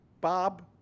Bob